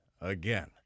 again